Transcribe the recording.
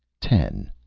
ten.